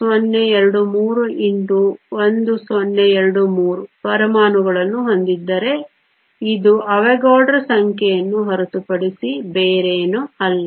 023 x 1023 ಪರಮಾಣುಗಳನ್ನು ಹೊಂದಿದ್ದರೆ ಇದು ಅವಗಡ್ರೋ ಸಂಖ್ಯೆಯನ್ನು ಹೊರತುಪಡಿಸಿ ಬೇರೇನೂ ಅಲ್ಲ